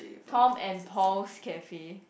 Tom and Paul's Cafe